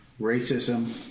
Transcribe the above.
racism